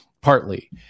partly